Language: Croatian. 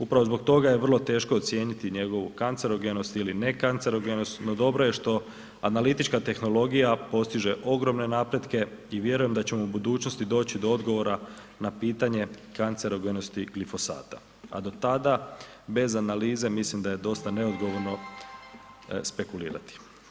Upravo zbog toga je vrlo teško ocijeniti njegovu kancerogenost ili nekancerogenost no dobro je što analitička tehnologija postiže ogromne napretke i vjerujem da ćemo u budućnosti doći do odgovora na pitanje kancerogenosti glifosata, a do tada bez analize mislim da je dosta neodgovorno spekulirati.